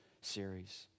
series